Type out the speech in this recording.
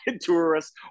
tourists